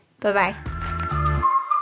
Bye-bye